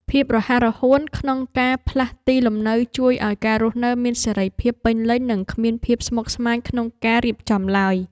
ភាពរហ័សរហួនក្នុងការផ្លាស់ទីលំនៅជួយឱ្យការរស់នៅមានសេរីភាពពេញលេញនិងគ្មានភាពស្មុគស្មាញក្នុងការរៀបចំឡើយ។